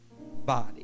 body